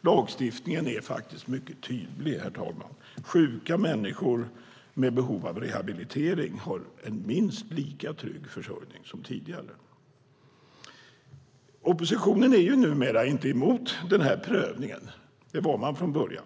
Lagstiftningen är faktiskt mycket tydlig. Sjuka människor med behov av rehabilitering har en minst lika trygg försörjning som tidigare. Oppositionen är numera inte emot denna prövning. Det var man från början.